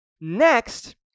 Next